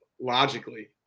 Logically